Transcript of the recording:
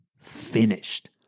finished